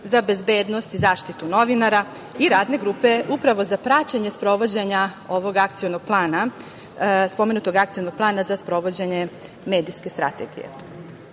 za bezbednost i zaštitu novinara i Radne grupe za praćenje sprovođenja ovog Akcionog plana za sprovođenje medijske strategije. Što